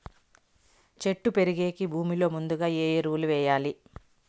చెట్టు పెరిగేకి భూమిలో ముందుగా ఏమి ఎరువులు వేయాలి?